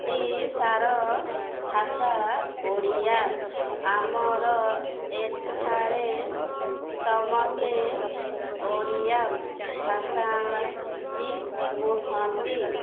ଓଡ଼ିଶାର ଭାଷା ଓଡ଼ିଆ ଆମର ଏଠାରେ ସମସ୍ତେ ଓଡ଼ିଆ ଭାଷା ହିଁ କୁହନ୍ତି